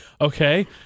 Okay